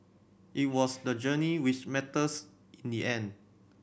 it was the journey which matters in the end